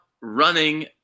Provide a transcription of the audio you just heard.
running